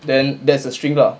then there's a string lah